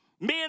Men